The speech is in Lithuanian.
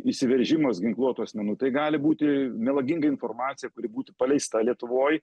įsiveržimas ginkluotų asmenų tai gali būti melaginga informacija kuri būtų paleista lietuvoj